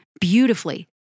beautifully